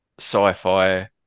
sci-fi